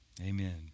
amen